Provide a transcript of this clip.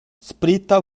sprita